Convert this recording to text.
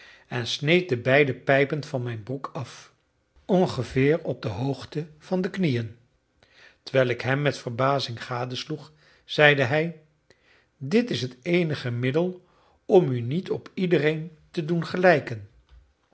en sneed de beide pijpen van mijn broek af ongeveer op de hoogte van de knieën terwijl ik hem met verbazing gadesloeg zeide hij dit is het eenige middel om u niet op iedereen te doen gelijken